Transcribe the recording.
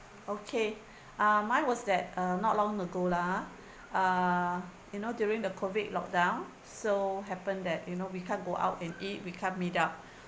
okay uh mine was that uh not long ago lah ah ah you know during the COVID lock down so happen that you know we can't go out and eat we can't meet up